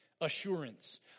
assurance